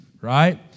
right